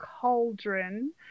Cauldron